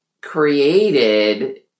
created